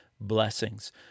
blessings